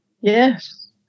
yes